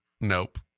Nope